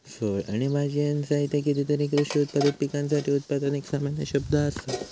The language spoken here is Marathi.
फळ आणि भाजीयांसहित कितीतरी कृषी उत्पादित पिकांसाठी उत्पादन एक सामान्य शब्द असा